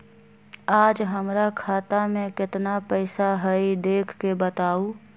आज हमरा खाता में केतना पैसा हई देख के बताउ?